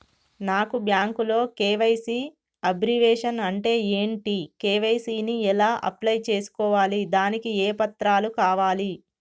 నాకు బ్యాంకులో KYC abbreviation అంటే ఏంటి కే.వై.సీ ని ఎలా అప్లై చేసుకోవాలి దానికి ఏ పత్రాలు కావాలి?